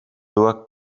była